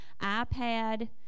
iPad